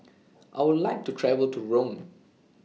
I Would like to travel to Rome